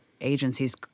agencies